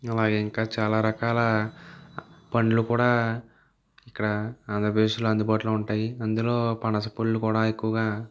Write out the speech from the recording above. అలాగే ఇంకా చాలా రకాల పళ్ళు కూడా ఇక్కడ ఆంధ్రప్రదేశ్లో అందుబాటులో ఉంటాయి ఇందులో పనస పళ్ళు కూడా ఎక్కువగా